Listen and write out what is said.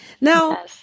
Now